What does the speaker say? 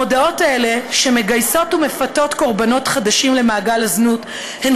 המודעות האלה שמגייסות ומפתות קורבנות חדשים למעגל הזנות הן